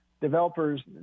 developers